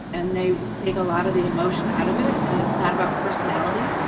and they take a lot of the emotion out of it. and it's not about personality,